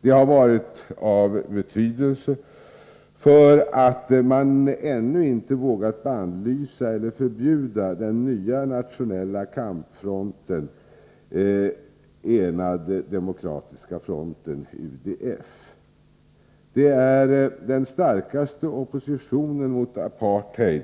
De har varit av betydelse så till vida att man ännu inte har vågat bannlysa eller förbjuda den nya nationella kampfronten, Enade demokratiska fronten, UDF. Det är den starkaste oppositionen mot apartheid